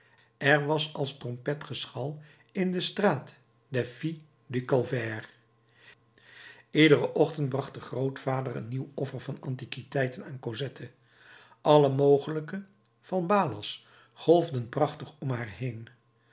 er was als trompetgeschal in de straat des filles du calvaire iederen ochtend bracht de grootvader een nieuw offer van antiquiteiten aan cosette alle mogelijke falbalàs golfden prachtig om haar